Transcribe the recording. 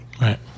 Right